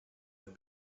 have